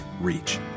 reach